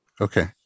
Okay